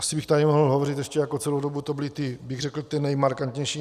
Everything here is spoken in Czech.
Asi bych tady mohl hovořit ještě jako celou dobu to byly, bych řekl, ty nejmarkantnější.